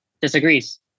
disagrees